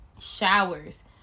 showers